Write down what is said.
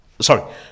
Sorry